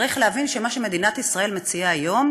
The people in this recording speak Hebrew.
צריך להבין שמה שמדינת ישראל מציעה היום